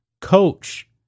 coach